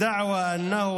תודה רבה.